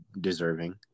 deserving